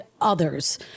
others